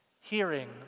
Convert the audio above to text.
Hearing